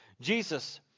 Jesus